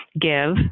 give